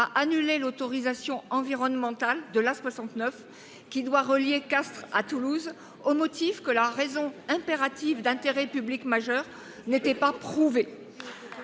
a annulé l’autorisation environnementale de l’A69, qui doit relier Castres à Toulouse, au motif que la « raison impérative d’intérêt public majeur » n’était pas prouvée.